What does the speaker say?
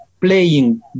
playing